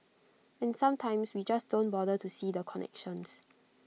and sometimes we just don't bother to see the connections